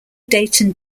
dayton